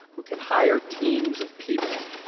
who can hire teams of people,